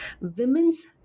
women's